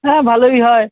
হ্যাঁ ভালোই হয়